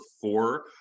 four